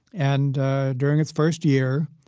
and during its first year,